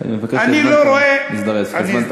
אני מבקש, כי הזמן תם, להזדרז, כי הזמן תם.